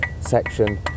section